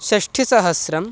षष्टिसहस्रम्